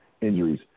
injuries